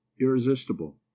irresistible